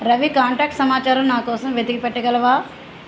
Ravi contact సమాచారం నాకోసం వెతికి పెట్టగలవా